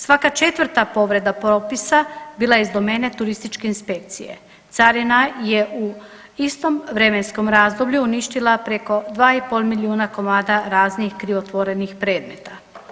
Svaka 4. povreda propisa bila je iz domene turističke inspekcije, carina je u istom vremenskom razdoblju uništila preko 2,5 milijuna komada raznih krivotvorenih predmeta.